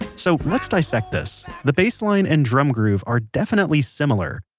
so let's dissect this the bassline and drum groove are definitely similar.